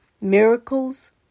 miracles